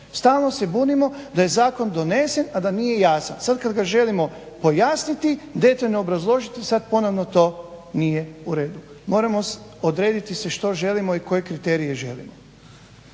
Stalno se bunimo da je Zakon donesen a da nije jasan. Sad kad ga želimo pojasniti, detaljno obrazložiti sad ponovo to nije u redu. Moramo odrediti se što želimo i koje kriterije želimo.